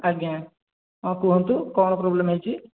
ଆଜ୍ଞା ହଁ କୁହନ୍ତୁ କ'ଣ ପ୍ରୋବ୍ଲେମ୍ ହେଇଛି